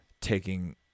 taking